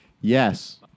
Yes